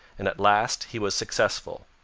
and at last he was successful.